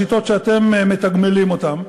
בשיטות שאתם מתגמלים אותם,